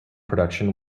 production